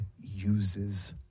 uses